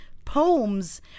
Poems